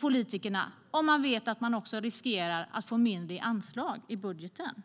politikerna, om man vet att man också riskerar att få mindre anslag i budgeten?